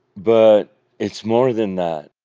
but it's more than that.